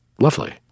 lovely